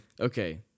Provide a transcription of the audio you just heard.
okay